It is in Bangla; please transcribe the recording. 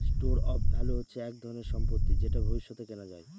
স্টোর অফ ভ্যালু হচ্ছে এক ধরনের সম্পত্তি যেটা ভবিষ্যতে কেনা যায়